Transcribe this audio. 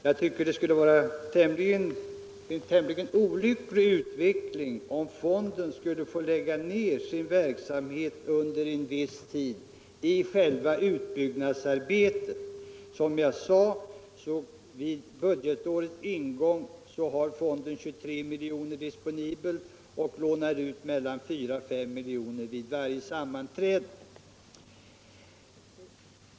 Jag tycker det skulle vara en tämligen olycklig utveckling om fonden skulle få lägga ned sin verksamhet under en viss tid under själva utbyggnadsarbetet. Vid budgetårets ingång har fonden, som jag sade, 23 miljoner disponibla och lånar ut mellan 4 och 5 miljoner vid varje sammanträde.